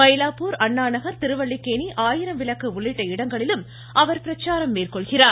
மயிலாப்பூர் அண்ணாநகர் திருவல்லிக்கேணி ஆயிரம் விளக்கு உள்ளிட்ட இடங்களிலும் அவர் பிரச்சாரம் மேற்கொள்கிறார்